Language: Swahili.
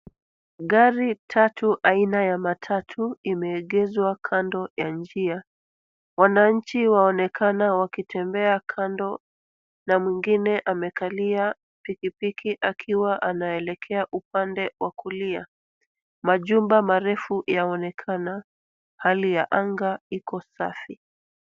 Gari tatu aina ya matatu imeegezwa kando ya njia. Wananchi waonekana wakitembea kando na mwengine amekalia pikipiki akiwa anaelekea upande wa kulia. Majumba marefu yaonekana. Hali ya anga iko safi.